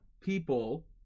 people